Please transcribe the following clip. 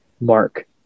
mark